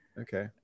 Okay